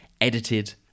edited